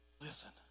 Listen